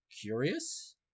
curious